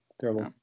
Terrible